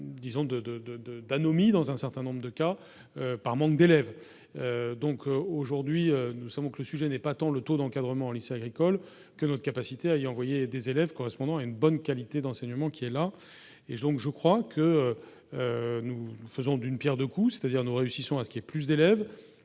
de, d'anomie dans un certain nombre de cas par manque d'élèves donc aujourd'hui nous savons que le sujet n'est pas tant le taux d'encadrement au lycée agricole que notre capacité à y envoyer des élèves, correspondant à une bonne qualité d'enseignement qui est là et donc je crois que. Nous faisons d'une Pierre 2 coups, c'est-à-dire nous réussissons à ce qu'il y ait plus d'élèves,